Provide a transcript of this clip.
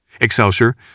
Excelsior